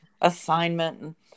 assignment